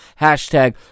hashtag